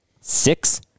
Six